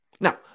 Now